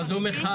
אבל זו מחאה,